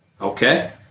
Okay